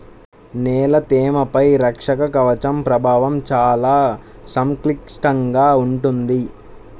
నేల తేమపై రక్షక కవచం ప్రభావం చాలా సంక్లిష్టంగా ఉంటుంది